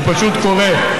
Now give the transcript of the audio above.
זה פשוט קורה: